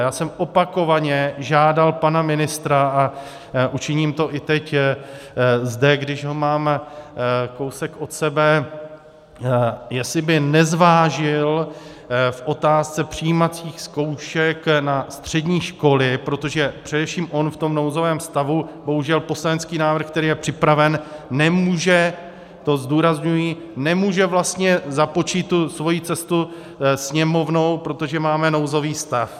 A já jsem opakovaně žádal pana ministra a učiním to i teď zde, když ho mám kousek od sebe, jestli by nezvážil v otázce přijímacích zkoušek na střední školy protože především on v tom nouzovém stavu bohužel poslanecký návrh, který je připraven, nemůže to zdůrazňuji nemůže vlastně započít svoji cestu Sněmovnou, protože máme nouzový stav.